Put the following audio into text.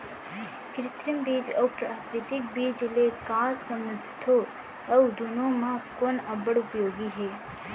कृत्रिम बीज अऊ प्राकृतिक बीज ले का समझथो अऊ दुनो म कोन अब्बड़ उपयोगी हे?